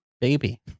baby